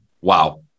Wow